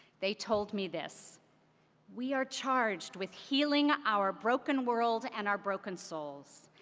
they told me this we are charged with healing our broken world and our broken souls.